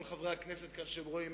כל חברי הכנסת שרואים כאן,